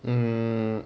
mm